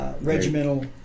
regimental